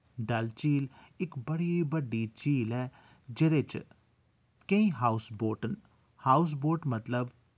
डल झील इक बड़ी बड्डी झील ऐ जेह्दे च केईं हाऊस बोट न हाऊस बोट मतलब